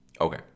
Okay